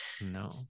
No